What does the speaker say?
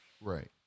Right